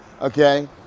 okay